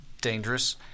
dangerous